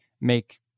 make